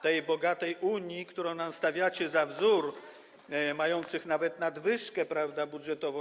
tej bogatej Unii, którą nam stawiacie za wzór, mających nawet nadwyżkę budżetową.